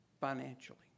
financially